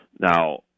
Now